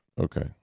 Okay